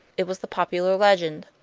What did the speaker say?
it was the popular legend.